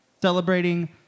Celebrating